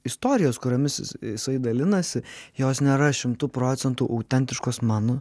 istorijos kuriomis jisai dalinasi jos nėra šimtu procentų autentiškos mano